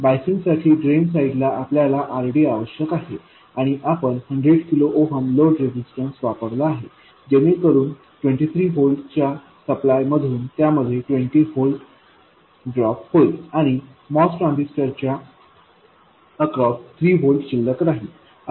बायसिंगसाठी drain side ला आपल्याला RDआवश्यक आहे आणि आपण 100 किलो ओहम लोड रेझिस्टन्स वापरला आहे जेणेकरून 23 व्होल्ट च्या सप्लाय मधून त्यामध्ये 20 व्होल्ट ड्रॉप होईल आणि MOS ट्रान्झिस्टर च्या अक्रॉस 3 व्होल्ट शिल्लक राहील